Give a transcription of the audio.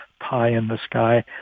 pie-in-the-sky